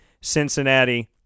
Cincinnati